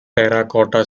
terracotta